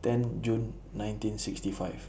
ten June nineteen sixty five